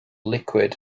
liquid